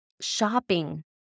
Shopping